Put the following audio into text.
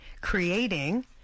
creating